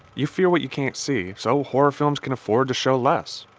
you fear what you can't see, so horror films can afford to show less.